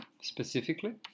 specifically